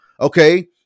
Okay